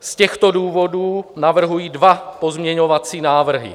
Z těchto důvodů navrhuji dva pozměňovací návrhy.